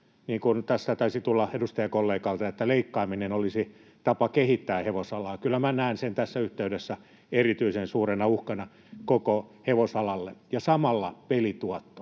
tässä taisi tulla edustajakollegalta, että leikkaaminen olisi tapa kehittää hevosalaa. Kyllä minä näen sen tässä yhteydessä erityisen suurena uhkana koko hevosalalle, ja samalla pelituoton.